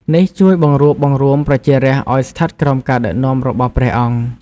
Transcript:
នេះជួយបង្រួបបង្រួមប្រជារាស្ត្រឱ្យស្ថិតក្រោមការដឹកនាំរបស់ព្រះអង្គ។